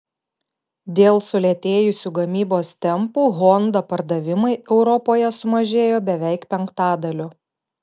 dėl sulėtėjusių gamybos tempų honda pardavimai europoje sumažėjo beveik penktadaliu